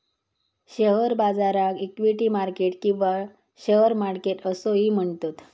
share बाजाराक equity market किंवा share market असोही म्हणतत